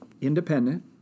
independent